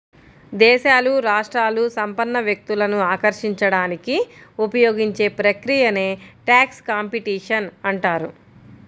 దేశాలు, రాష్ట్రాలు సంపన్న వ్యక్తులను ఆకర్షించడానికి ఉపయోగించే ప్రక్రియనే ట్యాక్స్ కాంపిటీషన్ అంటారు